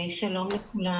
שלום לכולם,